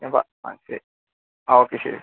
A പ ആ ശരി ഓക്കെ ശരി സാർ